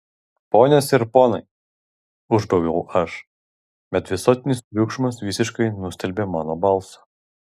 ponios ir ponai užbaubiau aš bet visuotinis triukšmas visiškai nustelbė mano balsą